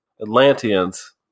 Atlanteans